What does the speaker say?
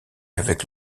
avec